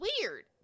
weird